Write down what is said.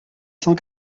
cent